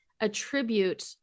attribute